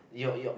you're you're